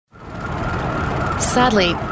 Sadly